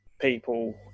people